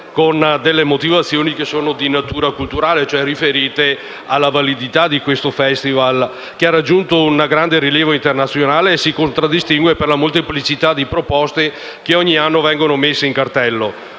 con motivazioni di natura culturali e cioè riferite alla validità di questo Festival che ha raggiunto un grande rilievo internazionale e si contraddistingue per la molteplicità delle proposte che ogni anno vengono messe in cartello.